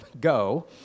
go